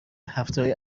هفتههای